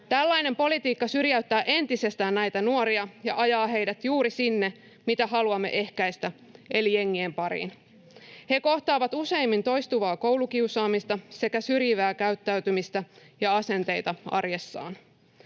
Tällainen politiikka syrjäyttää entisestään näitä nuoria [Vasemmalta: Juuri näin!] ja ajaa heidät juuri sinne, mitä haluamme ehkäistä, eli jengien pariin. He kohtaavat useimmin toistuvaa koulukiusaamista sekä syrjivää käyttäytymistä ja asenteita arjessaan.